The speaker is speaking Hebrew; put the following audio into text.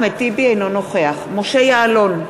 אינו נוכח משה יעלון,